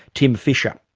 tim fischer.